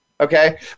Okay